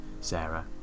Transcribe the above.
Sarah